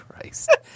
Christ